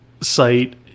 site